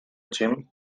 gym